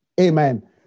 Amen